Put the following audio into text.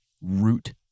root